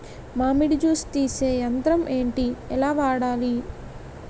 మామిడి జూస్ తీసే యంత్రం ఏంటి? ఎలా వాడాలి?